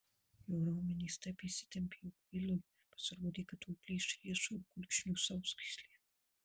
jo raumenys taip įsitempė jog vilui pasirodė kad tuoj plyš riešų ir kulkšnių sausgyslės